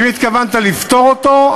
אם התכוונת לפטור אותו,